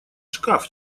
шкаф